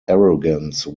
arrogance